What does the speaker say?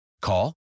Call